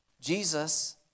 Jesus